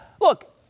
look